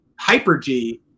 hyper-G